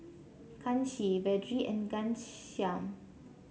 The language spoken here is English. Kanshi Vedre and Ghanshyam